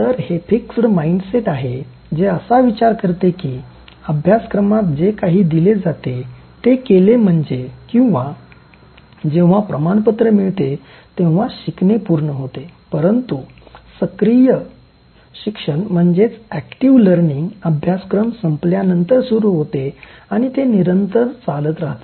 तर हे fixed mindset आहे जे असा विचार करते की अभ्यासक्रमात जे काही दिले जाते ते केले म्हणजे किंवा जेव्हा प्रमाणपत्र मिळते तेव्हा शिकणे पूर्ण होते परंतु सक्रिय शिक्षण अभ्यासक्रम संपल्यानंतर सुरू होते आणि ते निरंतर चालत राहते